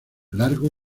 largo